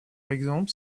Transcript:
exemple